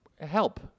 help